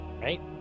right